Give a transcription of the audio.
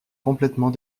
complètement